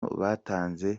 batanze